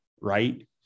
Right